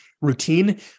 routine